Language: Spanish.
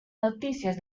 noticias